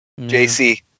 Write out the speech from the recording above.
JC